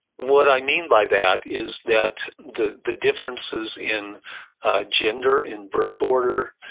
what i mean by that is that the the differences in gender, in birth order,